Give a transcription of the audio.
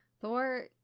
Thor